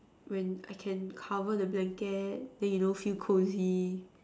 when I can cover the blanket then you know feel cosy